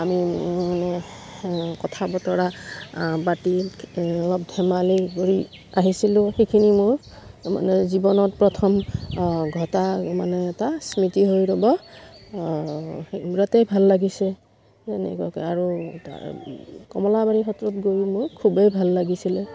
আমি কথা বতৰা পাতি অলপ ধেমালি কৰি আহিছিলোঁ সেইখিনি মোৰ মানে জীৱনত প্ৰথম ঘটা মানে এটা স্মৃতি হৈ ৰ'ব বিৰাটেই ভাল লাগিছে এনেকুৱাকে আৰু কমলাবাৰী সত্ৰত গৈ মোৰ খুবেই ভাল লাগিছিলে